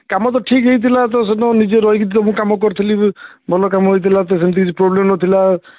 କାମ ତ ଠିକ୍ ହେଇଥିଲା ତ ସେଦିନ ନିଜେ ରହିକି ତ ମୁଁ କାମ କରିଥିଲି ଭଲ କାମ ହେଇଥିଲା ତ ସେମିତି କିଛି ପ୍ରୋବ୍ଲେମ୍ ନଥିଲା